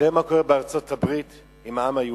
תראה מה קורה בארצות-הברית עם העם היהודי,